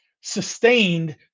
sustained